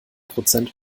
prozent